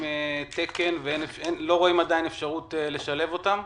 תקן ולא רואים עדיין אפשרות לשלב אותם?